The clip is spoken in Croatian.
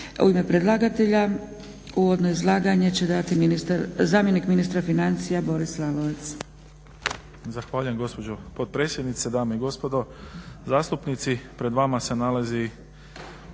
U ime predlagatelja uvodno izlaganje će dati zamjenik ministra financija Boris Lalovac.